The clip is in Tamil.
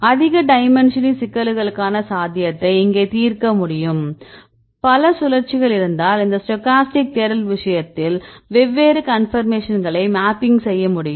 அதிக டைமென்ஷனின் சிக்கல்களுக்கான சாத்தியத்தை இங்கே தீர்க்க முடியும் பல சுழற்சிகள் இருந்தால் இந்த ஸ்டோக்காஸ்டிக் தேடல் விஷயத்தில் வெவ்வேறு கன்பர்மேஷன்களை மேப்பிங் செய்ய முடியும்